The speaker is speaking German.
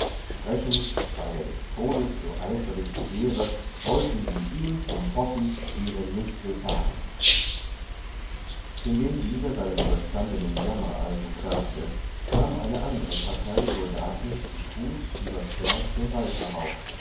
sprechend weil er des todes so eiferig begehre wollten sie ihm zum possen hierin nicht willfahren indem dieser seinen überstandenen jammer also klagte kam eine andre partei soldaten zu fuß überzwerchs den wald herauf